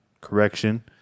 correction